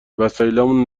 وسایلامو